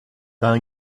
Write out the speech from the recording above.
t’as